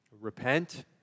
Repent